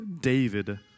David